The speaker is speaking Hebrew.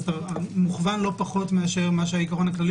אתה מוכוון לא פחות מה שהעיקרון הכללי